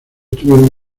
estuvieron